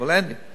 אבל אין לי.